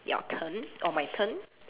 your turn or my turn